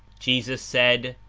jesus said,